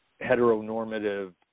heteronormative